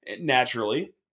Naturally